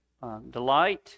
delight